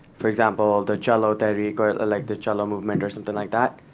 for example, the challo tehreek, or like the challo movement, or something like that?